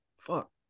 Fuck